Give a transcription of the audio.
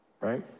Right